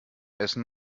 essen